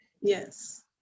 yes